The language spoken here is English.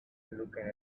looking